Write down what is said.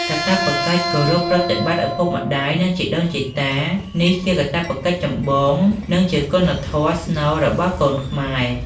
កាតព្វកិច្ចគោរពប្រតិបត្តិឪពុកម្ដាយ និងជីដូនជីតា នេះជា កាតព្វកិច្ចចម្បង និងជាគុណធម៌ស្នូល របស់កូនខ្មែរ។